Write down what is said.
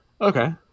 Okay